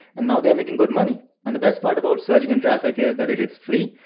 and now they are making good money. and the best part about search engine traffic is that it is free,